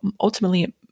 ultimately